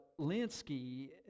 Linsky